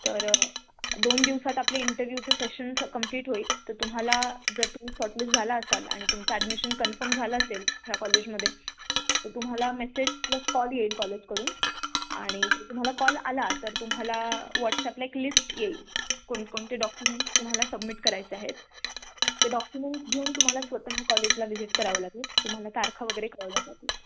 तर दोन दिवसात आपले इंटरव्यूचं सेशन्स कम्प्लीट होईल तर तुम्हाला जर तुम्ही शाॅटलिस्ट झाला असाल आणि तुमचं ॲडमिशन कन्फर्म झालं असेल ह्या कॉलेजमध्ये तर तुम्हाला मेसेज प्लस कॉल येईल कॉलेजकडून आणि जर तुम्हाला कॉल आला तर तुम्हाला व्हॉट्सअपला एक लिस्ट येईल कोणकोणते डॉक्युमेंट्स तुम्हाला सबमिट करायचे आहेत ते डॉक्युमेंट्स घेऊन तुम्हाला स्वतः कॉलेजला विझिट करावं लागेल तुम्हाला तारखा वगैरे कळवल्या जातील